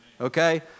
Okay